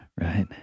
right